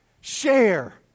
share